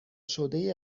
شده